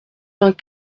vingt